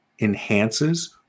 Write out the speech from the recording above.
enhances